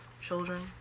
children